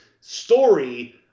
story